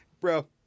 Bro